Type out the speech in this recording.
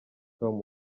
com